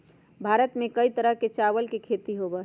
भारत में कई तरह के चावल के खेती होबा हई